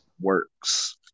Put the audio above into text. works